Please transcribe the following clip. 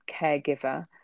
caregiver